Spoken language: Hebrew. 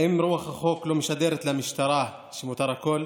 האם רוח החוק לא משדרת למשטרה שמותר הכול?